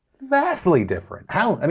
vastly different. hell, i mean